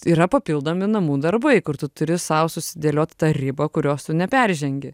yra papildomi namų darbai kur tu turi sau susidėlioti tą ribą kurios neperžengi